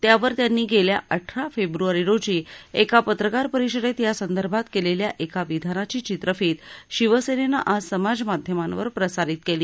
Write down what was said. त्यावर त्यांनी गेल्या अठरा फेब्रवारी रोजी एका पत्रकार परिषदेत या संदर्भात केलेल्या एका विधानाची चित्रफीत शिवसेनेनं आज समाज माध्यमांवर प्रसारित केली